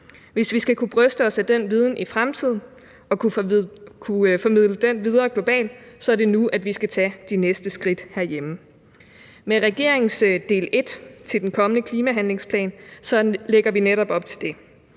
Hvis vi skal kunne bryste os af den viden i fremtiden og kunne formidle den videre globalt, er det nu, at vi skal tage de næste skridt herhjemme. Med regeringens del 1 i den kommende klimahandlingsplan lægger vi netop op til det.